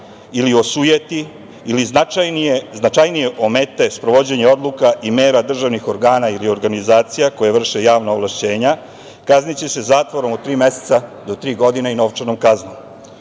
ili osujeti ili značajnije omete sprovođenje odluka i mera državnih organa ili organizacija, koje vrše javna ovlašćenja, kazniće se zatvorom od tri meseca do tri godine i novčanom kaznom. Stav